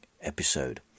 episode